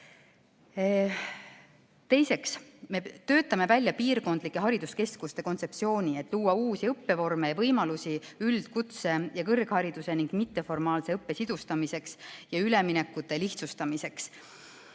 Teiseks, me töötame välja piirkondlike hariduskeskuste kontseptsiooni, et luua uusi õppevorme ja võimalusi üld‑, kutse‑ ja kõrghariduse ning mitteformaalse õppe sidustamiseks ja üleminekute lihtsustamiseks.